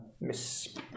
Miss